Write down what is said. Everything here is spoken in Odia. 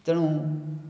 ତେଣୁ